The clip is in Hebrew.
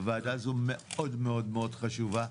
הוועדה הזאת מאוד חשובה.